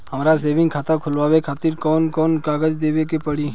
हमार सेविंग खाता खोलवावे खातिर कौन कौन कागज देवे के पड़ी?